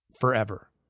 Forever